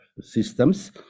systems